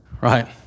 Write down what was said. Right